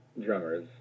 drummers